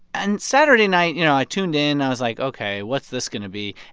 and saturday night, you know, i tuned in. i was like, ok, what's this going to be?